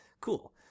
Cool